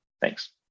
thanks